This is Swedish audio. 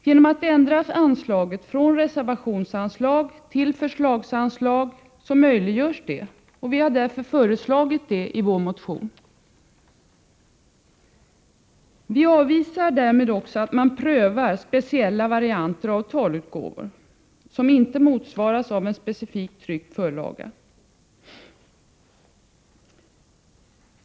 Genom att ändra anslaget från reservationsanslag till förslagsanslag möjliggörs detta, och vi har därför föreslagit det i vår motion. Vi avvisar därmed också att man prövar speciella varianter av talutgåvor, som inte motsvaras av en specifik tryckt förlaga.